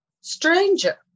stranger